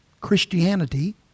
Christianity